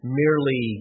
merely